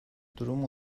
durum